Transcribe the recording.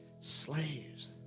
slaves